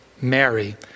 Mary